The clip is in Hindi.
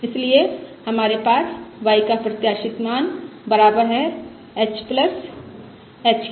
इसलिए हमारे पास y का प्रत्याशित मान बराबर है h के